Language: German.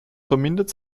vermindert